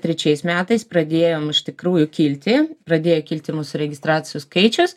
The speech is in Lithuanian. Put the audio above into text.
trečiais metais pradėjom iš tikrųjų kilti pradėjo kilti mūsų registracijų skaičius